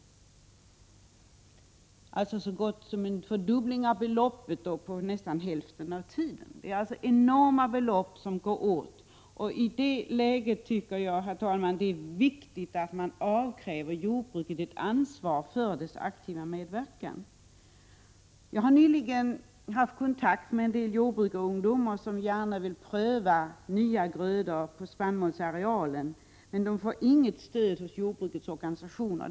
Det är så gott som en fördubbling av beloppet, på nästan halva tiden. Det är således enorma belopp som går åt. I det läget, herr talman, tycker jag att det är viktigt att man avkräver jordbruket ett ansvar för dess aktiva medverkan. Jag har nyligen haft kontakt med en del jordbrukarungdomar som gärna vill pröva nya grödor på spannmålsarealen, men de får inget stöd hos jordbrukets organisationer.